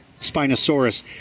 Spinosaurus